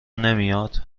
نمیاد